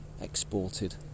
exported